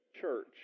church